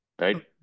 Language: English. right